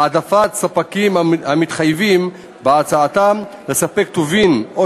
העדפת ספקים המתחייבים בהצעתם לספק טובין או